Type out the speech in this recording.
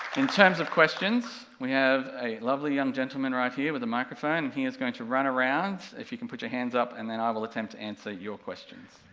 in terms of questions, we have a lovely young gentleman right here with the microphone, and he is going to run around, if you can put your hands up and then i will attempt to answer your questions.